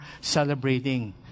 celebrating